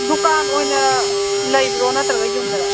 ꯗꯨꯀꯥꯟ ꯑꯣꯏꯅ ꯂꯩꯕꯔꯣ ꯅꯠꯇ꯭ꯔꯒ ꯌꯨꯝꯗꯔꯣ